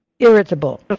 Irritable